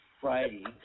Friday